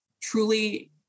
truly